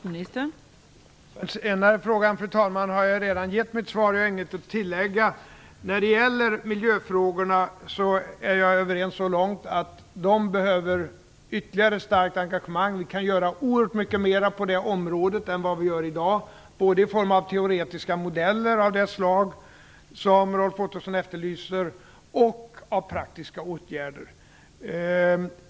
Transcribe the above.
Fru talman! Den senare frågan har jag redan besvarat, och jag har inget att tillägga. När det gäller miljöfrågorna håller jag med så långt att det behövs ett ytterligare starkt engagemang. Vi kan göra oerhört mycket mera på det området än vad vi gör i dag, både i form av teoretiska modeller av det slag som Roy Ottosson efterlyser och av praktiska åtgärder.